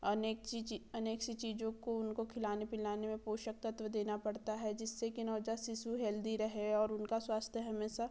अनेक चीज अनेक सी चीजों को उनको खिलाने पीलाने मे पोषक तत्व देना पड़ता है जिससे कि नवजात शिशु हेल्दी रहे और उनका स्वास्थ्य हमेशा